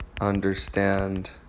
understand